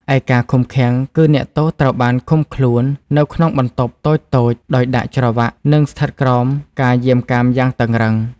ឯការឃុំឃាំងគឺ អ្នកទោសត្រូវបានឃុំខ្លួននៅក្នុងបន្ទប់តូចៗ ដោយដាក់ច្រវាក់ និងស្ថិតក្រោមការយាមកាមយ៉ាងតឹងរ៉ឹង។